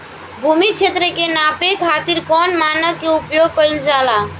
भूमि क्षेत्र के नापे खातिर कौन मानक के उपयोग कइल जाला?